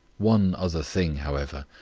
one other thing, however,